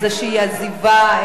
איזושהי עזיבה,